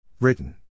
Written